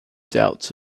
doubts